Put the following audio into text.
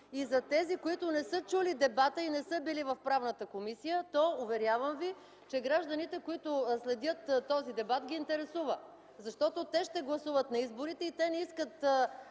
за тези, които не са чули дебата и не са били в Комисията по правни въпроси, то уверявам ви, че гражданите, които следят този дебат, ги интересува. Защото те ще гласуват на изборите и те не искат